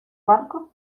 barco